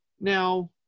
Now